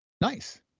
Nice